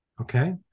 okay